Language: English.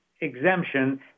exemption